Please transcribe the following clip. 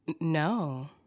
No